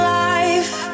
life